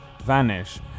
vanish